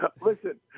listen